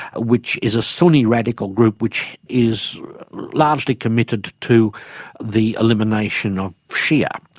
which is a sunni radical group which is largely committed to the elimination of shia.